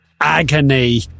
agony